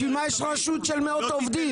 בשביל מה יש רשות של מאות עובדים?